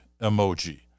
emoji